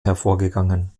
hervorgegangen